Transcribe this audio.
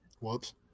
Whoops